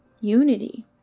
unity